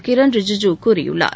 கிரண் ரிஜுஜு கூறியுள்ளார்